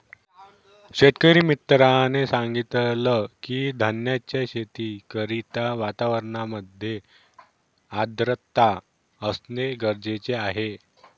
शेतकरी मित्राने सांगितलं की, धान्याच्या शेती करिता वातावरणामध्ये आर्द्रता असणे गरजेचे आहे